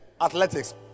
Athletics